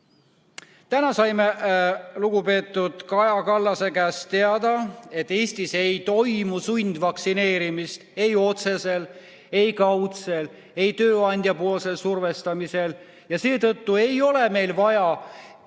Täna saime lugupeetud Kaja Kallase käest teada, et Eestis ei toimu sundvaktsineerimist ei otseselt, kaudselt ega tööandja survestamisel ja seetõttu ei ole meil vaja